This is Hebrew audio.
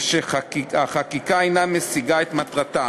והחקיקה אינה משיגה את מטרתה.